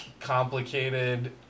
complicated